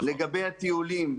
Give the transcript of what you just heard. לגבי הטיולים,